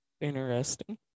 Interesting